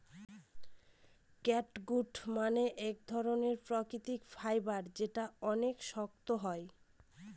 catgut মানে এক ধরনের প্রাকৃতিক ফাইবার যেটা অনেক শক্ত হয়